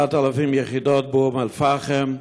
7,000 יחידות באום אל-פחם,